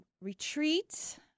retreat